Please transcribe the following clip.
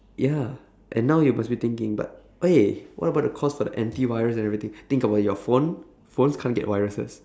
ya and now you're possibly thinking but !hey! what about the cost for the antivirus and everything think about it your phone phones can't get viruses